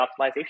optimization